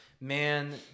man